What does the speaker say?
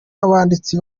abanditsi